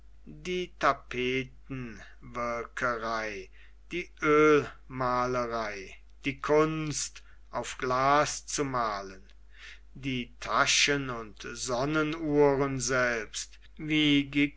die tapetenwirkerei die oelmalerei die kunst auf glas zu malen die taschen und sonnenuhren selbst wie